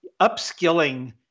upskilling